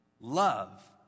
Love